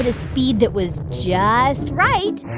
ah speed that was just right.